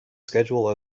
schedule